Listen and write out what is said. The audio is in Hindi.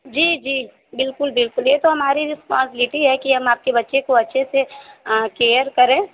जी जी बिल्कुल बिल्कुल ये तो हमारी रिस्पोंसीब्लिटी है कि हम आपके बच्चे को अच्छे से केयर करें